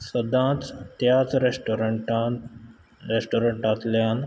सदांच त्याच रॅस्टोरंटान रॅस्टोरंटातल्यान